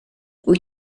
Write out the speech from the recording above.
wyt